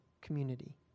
community